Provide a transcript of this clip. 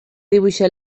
dibuixar